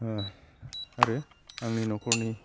आरो आंनि न'खरनि